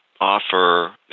offer